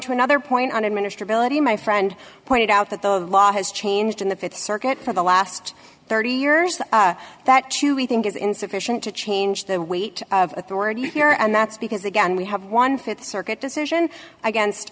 to another point on administer ability my friend pointed out that the law has changed in the th circuit for the last thirty years that too we think is insufficient to change the weight of authority here and that's because again we have one th circuit decision against